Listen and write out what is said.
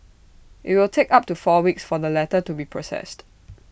IT will take up to four weeks for the letter to be processed